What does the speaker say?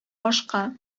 башка